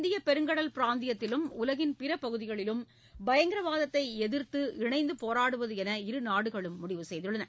இந்தியப் பெருங்கடல் பிராந்தியத்திலும் உலகின் பிற பகுதியிலும் பயங்கரவாதத்தை எதிர்த்து இணைந்து போரிடுவது எனவும் இருநாடுகளும் முடிவு செய்துள்ளன